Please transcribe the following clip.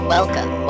Welcome